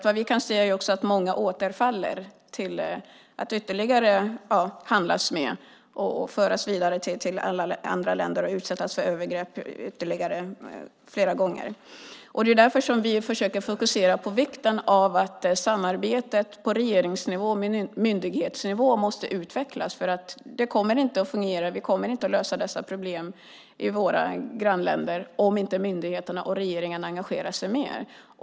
Vi ser att många återfaller till att ytterligare handlas med, föras vidare till andra länder och utsättas för övergrepp flera gånger. Det är därför vi försöker fokusera på vikten av ett samarbete på regeringsnivå och myndighetsnivå. Det måste utvecklas. Det kommer inte att fungera, och vi kommer inte att lösa dessa problem i våra grannländer om inte myndigheterna och regeringen engagerar sig mer.